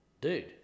dude